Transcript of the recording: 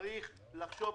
צריך לחשוב,